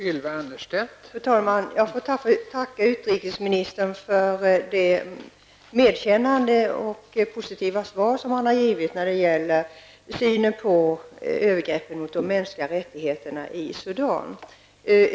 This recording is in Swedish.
Fru talman! Jag får tacka utrikesministern för det medkännande och positiva svar som han har givit när det gäller synen på övergreppen mot de mänskliga rättigheterna i Sudan.